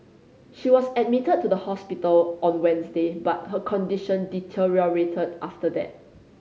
she was admitted to the hospital on Wednesday but her condition deteriorated after that